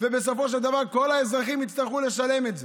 ובסופו של דבר כל האזרחים יצטרכו לשלם את זה,